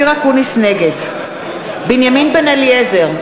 נגד בנימין בן-אליעזר,